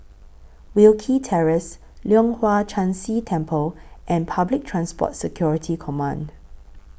Wilkie Terrace Leong Hwa Chan Si Temple and Public Transport Security Command